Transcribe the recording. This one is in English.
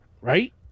right